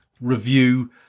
review